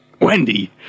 Wendy